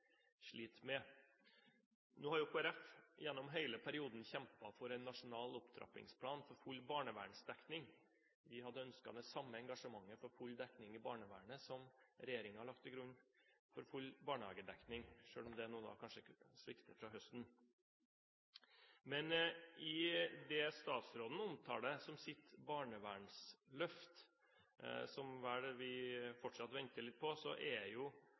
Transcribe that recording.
med. Nå har Kristelig Folkeparti gjennom hele perioden kjempet for en nasjonal opptrappingsplan for full barnevernsdekning. Vi hadde ønsket det samme engasjementet for full dekning i barnevernet som regjeringen har lagt til grunn for full barnehagedekning – selv om det nå kanskje svikter fra høsten. I det statsråden omtaler som sitt barnevernsløft, som vi vel fortsatt venter litt på, er det kommunene som er i fokus. Men det er jo